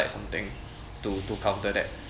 something to to counter that